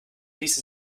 ließe